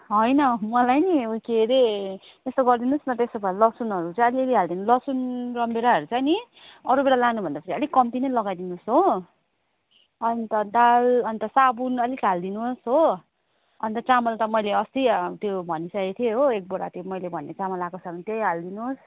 होइन मलाई नि के हरे यसो गरिदिनुहोस् नि त्यसो भए लसुनहरू चाहिँ अलिअलि हालिदिनु लसुन रामभेँडाहरू चाहिँ नि अरू बेला लानु भन्दाखेरि अलिक कम्ती नै लगाइदिनुहोस् हो अन्त दाल अन्त साबुन अलिक हालिदिनुहोस् हो अन्त चामल त मैले अस्ति त्यो भनिसकेको थिएँ हो एक बोरा मैले भन्ने चामल आएको छ भने त्यही हालिदिनुहोस्